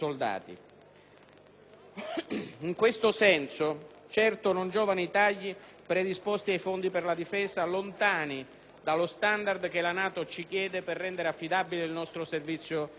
In questo senso, non giovano di certo i tagli predisposti ai fondi per la difesa, lontani dallo standard che la NATO ci chiede per rendere affidabile il nostro sistema difensivo.